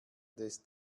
des